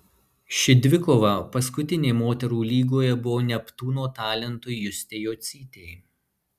ši dvikova paskutinė moterų lygoje buvo neptūno talentui justei jocytei